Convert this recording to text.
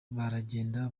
baragenda